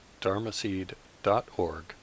dharmaseed.org